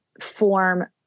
form